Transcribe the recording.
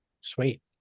Sweet